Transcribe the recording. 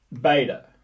Beta